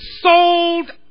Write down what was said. Sold